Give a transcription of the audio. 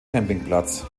campingplatz